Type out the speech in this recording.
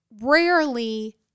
rarely